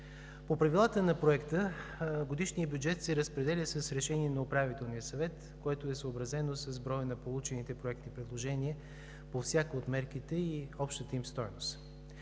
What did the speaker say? По правилата на Проекта годишният бюджет се разпределя с решение на Управителния съвет, което е съобразено с броя на получените проектни предложения по всяка от мерките и общата им стойност.